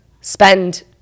spend